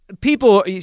people